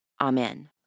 Amen